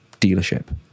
dealership